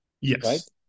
yes